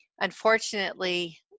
Unfortunately